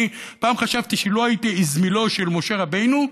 פעם חשבתי שלו הייתי אזמלו של משה רבנו,